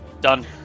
Done